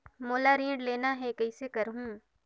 मोला ऋण लेना ह, कइसे करहुँ?